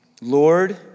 Lord